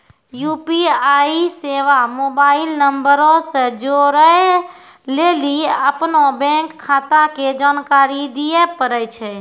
UPI सेबा mobile नंबरो से जोड़ै लेली अपनो बैंक खाता के जानकारी दिये पड़ै छै